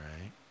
right